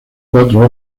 cuatro